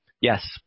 yes